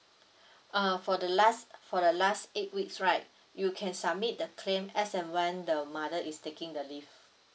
ah for the last for the last eight weeks right you can submit the claim as and when the mother is taking the leave